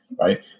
right